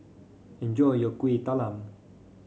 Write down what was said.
enjoy your Kueh Talam